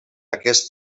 aquests